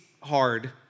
hard